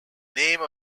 name